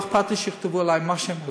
לא אכפת לי שיכתבו עלי מה שהם רוצים,